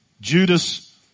Judas